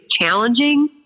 challenging